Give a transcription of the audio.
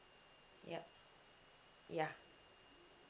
ya ya